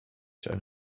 turn